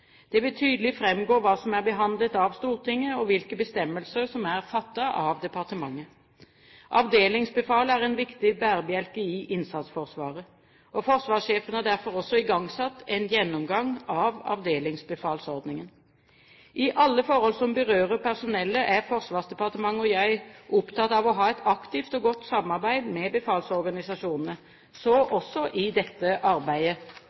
Det vil tydelig framgå hva som er behandlet av Stortinget, og hvilke bestemmelser som er fattet av departementet. Avdelingsbefalet er en viktig bærebjelke i innsatsforsvaret. Forsvarssjefen har derfor også igangsatt en gjennomgang av avdelingsbefalsordningen. I alle forhold som berører personellet, er Forsvarsdepartementet og jeg opptatt av å ha et aktivt og godt samarbeid med befalsorganisasjonene – så også i dette arbeidet.